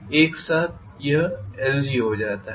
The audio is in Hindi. एक साथ यह lg हो जाता है